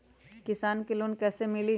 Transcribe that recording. किसान के लोन कैसे मिली?